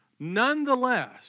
Nonetheless